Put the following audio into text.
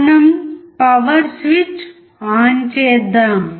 మనం power switch on చేద్దాం